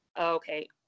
Okay